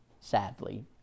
sadly